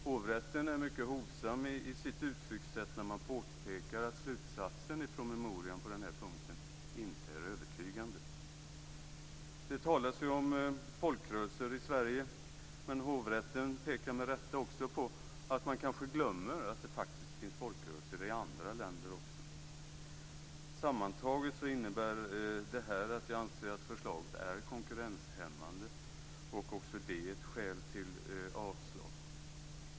Hovrätten är mycket hovsam i sitt uttryckssätt när man påpekar att slutsatsen i promemorian på den här punkten inte är övertygande. Det talas ju om folkrörelser i Sverige men hovrätten pekar, med rätta, även på att man kanske glömmer att det faktiskt finns folkrörelser också i andra länder. Sammantaget innebär detta att jag anser att förslaget är konkurrenshämmande. Också det är ett skäl till avslag.